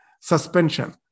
suspension